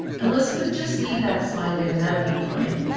elizabeth, just leave that slide there. that'll be fine.